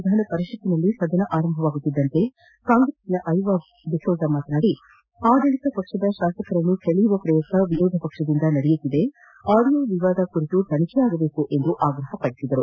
ವಿಧಾನ ಪರಿಷತ್ತಿನಲ್ಲಿ ಸದನ ಆರಂಭವಾಗುತ್ತಿದ್ದಂತೆ ಕಾಂಗ್ರೆಸ್ನ ಐವಾನ್ ಡಿಸೋಜ ಮಾತನಾಡಿ ಆಡಳತ ಪಕ್ಷದ ಶಾಸಕರನ್ನು ಸೆಳೆಯುವ ಪ್ರಯತ್ನ ವಿರೋಧ ಪಕ್ಷದಿಂದ ನಡೆಯುತ್ತಿದೆ ಆಡಿಯೋ ವಿವಾದ ಕುರಿತು ತನಿಖೆ ಆಗಬೇಕು ಎಂದು ಆಗ್ರಪಪಡಿಸಿದರು